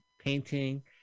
painting